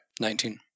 Nineteen